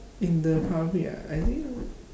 in the public ah I think